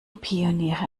pioniere